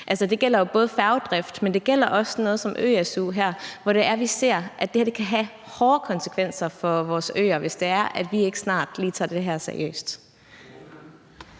det gælder også sådan noget som ø-su. Vi ser, at det her kan have hårde konsekvenser for vores øer, hvis det er, at vi ikke snart lige tager det her seriøst.